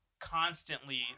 Constantly